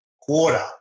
quarter